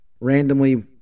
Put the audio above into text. randomly